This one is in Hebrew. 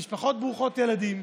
משפחות ברוכות ילדים,